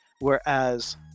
whereas